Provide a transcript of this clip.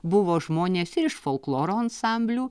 buvo žmonės ir iš folkloro ansamblių